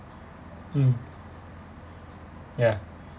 mm ya